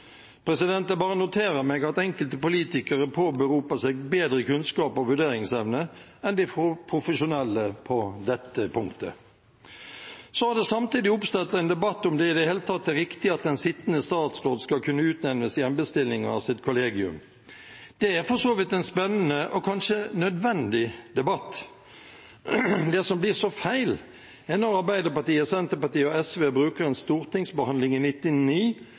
Jeg bare noterer meg at enkelte politikere påberoper seg bedre kunnskap og vurderingsevne enn de profesjonelle på dette punktet. Så har det samtidig oppstått en debatt om det i det hele tatt er riktig at en sittende statsråd skal kunne utnevnes i embetsbestillinger av sitt kollegium. Det er for så vidt en spennende og kanskje nødvendig debatt. Det som blir så feil, er når/at Arbeiderpartiet, Senterpartiet og SV bruker en stortingsbehandling i